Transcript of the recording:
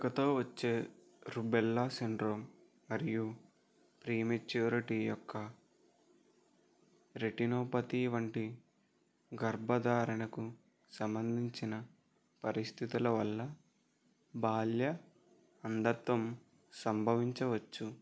పుట్టుకతో వచ్చే rubella syndrome మరియు ప్రీమెచ్యూరిటీ యొక్క రెటినోపతి వంటి గర్భధారణకు సంబంధించిన పరిస్థితుల వల్ల బాల్య అంధత్వం సంభవించవచ్చు